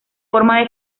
forma